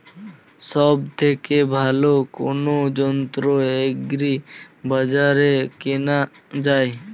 সব থেকে ভালো কোনো যন্ত্র এগ্রি বাজারে কেনা যায়?